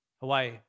Hawaii